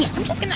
i'm just going to